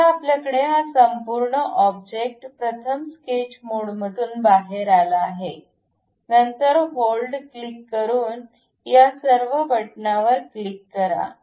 आता आपल्याकडे हा संपूर्ण ऑब्जेक्ट प्रथम स्केच मोडमधून बाहेर आला आहे नंतर होल्ड क्लिक करून या सर्व बटणावर क्लिक करा